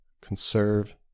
Conserve